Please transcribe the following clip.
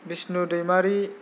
Bishnu Daimary